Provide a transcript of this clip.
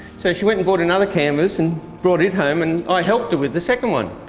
so she went and brought another canvas and brought it home, and i helped her with the second one.